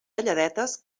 talladetes